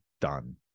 done